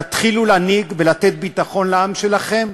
תתחילו להנהיג ולתת ביטחון לעם שלכם,